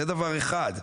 זה דבר אחד,